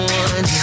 one